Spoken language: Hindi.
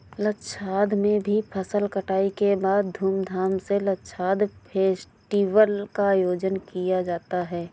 लद्दाख में भी फसल कटाई के बाद धूमधाम से लद्दाख फेस्टिवल का आयोजन किया जाता है